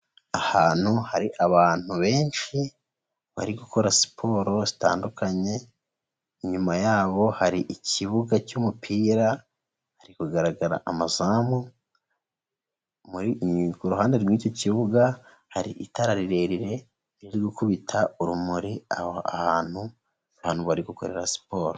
Ahantu hari abantu benshi, bari gukora siporo zitandukanye, inyuma yabo hari ikibuga cy'umupira, hari kugaragara amazamu, ku ruhande rw'icyo kibuga, hari itara rirerire riri gukubita urumuri aho hantu, abantu bari gukorera siporo.